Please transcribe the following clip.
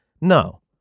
No